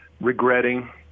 regretting